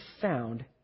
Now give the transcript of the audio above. found